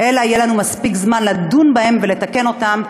אלא יהיה לנו מספיק זמן לדון בהן ולתקן אותן,